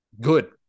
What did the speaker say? Good